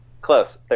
Close